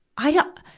i don't,